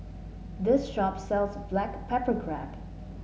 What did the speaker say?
this shop sells Black Pepper Crab